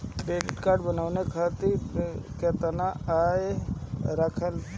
Credit card बनवाए के खातिर केतना आय रहेला?